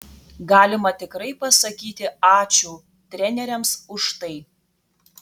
galima tikrai pasakyti ačiū treneriams už tai